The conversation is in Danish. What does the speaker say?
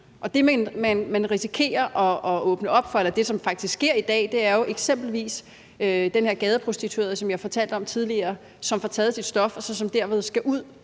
de skal have en anden hjælp. Og det, som faktisk sker i dag, er jo som i eksemplet med den her gadeprostituerede, som jeg fortalte om tidligere, som får taget sit stof, og som derved skal ud